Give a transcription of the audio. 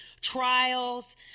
trials